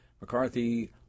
McCarthy